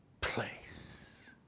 place